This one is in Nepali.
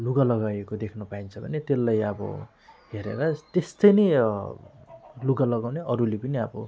लुगा लगाएको देख्न पाइन्छ भने त्यसलाई अब हेरेर त्यस्तै नै लुगा लगाउने अरूले पनि अब